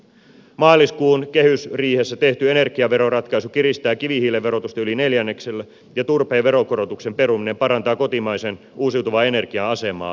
maaliskuun kehysriihessä tehty energiaveroratkaisu kiristää kivihiilen verotusta yli neljänneksellä ja turpeen veronkorotuksen peruminen parantaa kotimaisen uusiutuvan energian asemaa markkinoilla